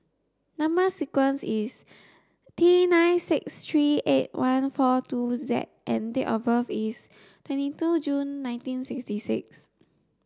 number sequence is T nine six three eight one four two Z and date of birth is twenty two June nineteen sixty six